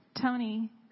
Tony